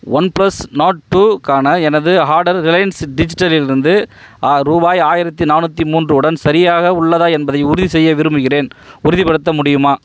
OnePlus Nord டூக்கான எனது order Reliance டிஜிட்டலிலிருந்து ரூபாய் ஆயிரத்தி நானூற்றி மூன்று உடன் சரியாக உள்ளதா என்பதை உறுதிசெய்ய விரும்புகிறேன் உறுதிப்படுத்த முடியுமா